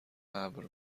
ابر